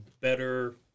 better